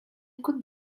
could